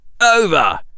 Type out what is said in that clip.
Over